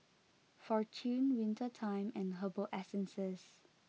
Fortune Winter Time and Herbal Essences